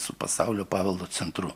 su pasaulio paveldo centru